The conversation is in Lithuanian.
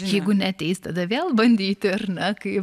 jeigu neateis tada vėl bandyti ar ne kaip